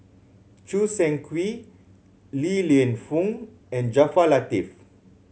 Choo Seng Quee Li Lienfung and Jaafar Latiff